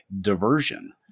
diversion